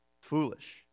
foolish